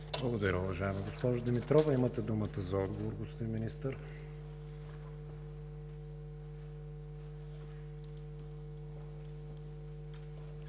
Благодаря Ви, уважаема госпожо Димитрова. Имате думата за отговор, господин Министър.